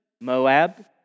Moab